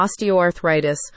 osteoarthritis